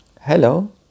Hello